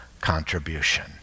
contribution